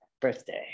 birthday